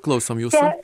klausom jūsų